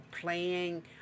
playing